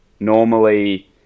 Normally